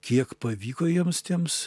kiek pavyko jiems tiems